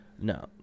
No